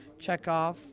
Checkoff